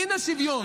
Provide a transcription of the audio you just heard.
הינה שוויון.